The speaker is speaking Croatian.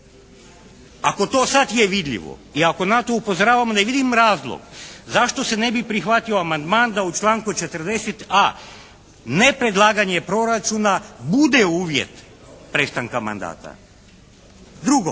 Ako to sad je vidljivo i ako na to upozoravamo ne vidim razlog zašto se ne bi prihvatio amandman da u članku 40.a nepredlaganje proračuna bude uvjet prestanka mandata. Drugo,